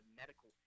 medical